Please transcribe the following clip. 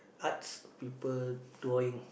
arts people drawing